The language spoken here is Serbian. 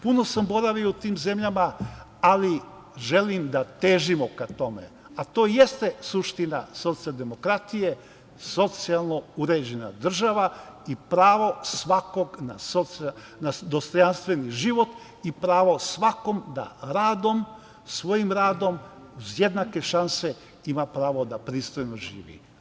Puno sam boravio u tim zemljama ali želim da težimo ka tome, a to jeste suština socijaldemokratije, socijalno uređena država i pravo svakog na dostojanstveni život i pravo svakog da radom, svojim radom uz jednake šanse ima pravo da pristojno živi.